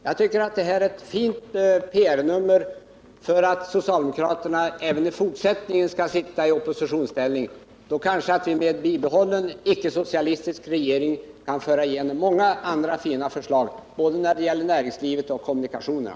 Jag tycker att detta är ett fint PR-nummer för att socialdemokraterna även i fortsättningen skall sitta i oppositionsställning. Då kanske vi med en bibehållen icke-socialistisk regering kan genomföra många andra fina förslag både när det gäller näringslivet och när det gäller kommunikationerna.